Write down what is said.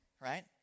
right